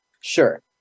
Sure